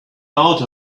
out